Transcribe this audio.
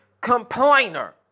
complainer